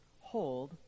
hold